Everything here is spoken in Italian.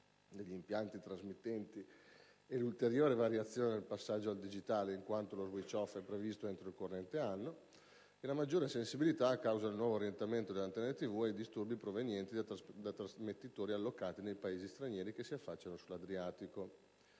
degli impianti trasmittenti e l'ulteriore variazione nel passaggio al digitale, in quanto lo *switch-off* è previsto entro il corrente anno; la maggiore sensibilità, a causa del nuovo orientamento delle antenne TV, ai disturbi provenienti da trasmettitori allocati nei Paesi stranieri che si affacciano sull'Adriatico.